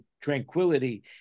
tranquility